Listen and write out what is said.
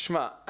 תשמע,